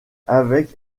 avec